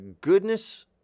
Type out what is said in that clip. goodness